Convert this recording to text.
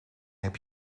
heb